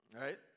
Right